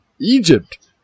Egypt